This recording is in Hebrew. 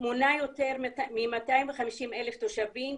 מונה יותר מ-250,000 תושבים,